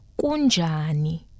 Kunjani